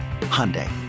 Hyundai